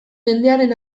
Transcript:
mendearen